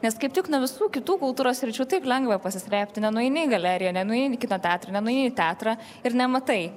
nes kaip tik nuo visų kitų kultūros sričių taip lengva pasislėpti nenueini į galeriją nenueini kino teatre nenuėjai į teatrą ir nematai